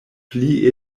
pli